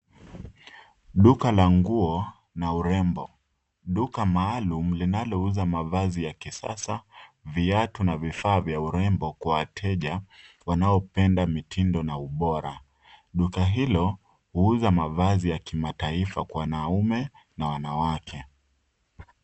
Duka la nguo na urembo duka maalum linalouza mavazi ya kisasa, viatu na vifaa vya urembo kwa wateja wanaopenda mitindo na ubora. Duka hilo huuza mavazi ya kimataifa kwa wanaume na wanawake.